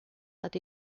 that